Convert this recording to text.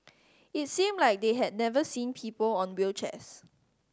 it seemed like they had never seen people on wheelchairs